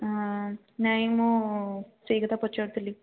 ହଁ ନାଇଁ ମୁଁ ସେହି କଥା ପଚାରୁଥିଲି